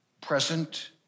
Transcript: present